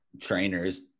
trainers